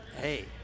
hey